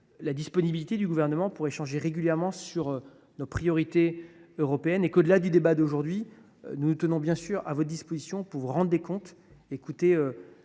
la disponibilité du Gouvernement pour échanger régulièrement sur les priorités européennes. Au delà du débat que nous aurons ce soir, je me tiens à votre disposition pour vous rendre des comptes